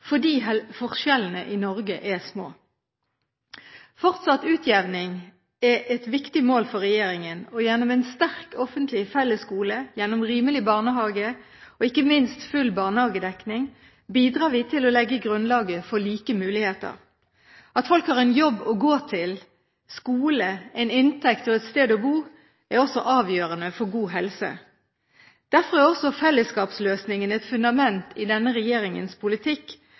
fordi forskjellene i Norge er små. Fortsatt utjevning er et viktig mål for regjeringen, og gjennom en sterk offentlig fellesskole, gjennom rimelige barnehager og ikke minst full barnehagedekning bidrar vi til å legge grunnlaget for like muligheter. At folk har en jobb å gå til, en skole, en inntekt og et sted å bo er også avgjørende for god helse. Derfor er også fellesskapsløsningene et fundament i denne regjeringens politikk.